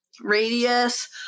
radius